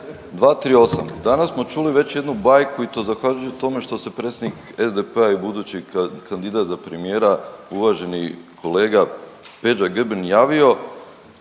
zahvaljujem. 238. Danas smo čuli već jednu bajku i to zahvaljujući tome što se predsjednik SDP-a i budući kandidat za premijera uvaženi kolega Peđa Grbin javio,